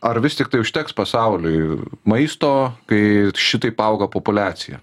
ar vis tiktai užteks pasauliui maisto kai šitaip auga populiacija